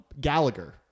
Gallagher